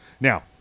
now